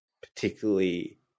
particularly